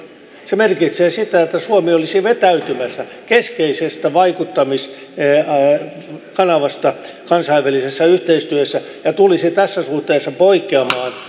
se merkitsee sitä että suomi olisi vetäytymässä keskeisestä vaikuttamiskanavasta kansainvälisessä yhteistyössä ja tulisi tässä suhteessa poikkeamaan